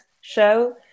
Show